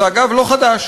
זה, אגב, לא חדש.